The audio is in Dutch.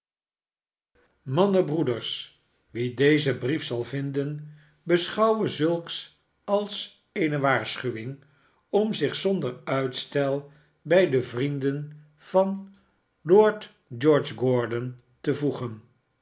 mannen broeders wie dezen brief zal vinden beschouwe zulks als eene waarschuwing om zich zonder uitstel bij de vrienden van wl barnaby rudge lord george gordon te voegen